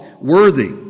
worthy